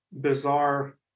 bizarre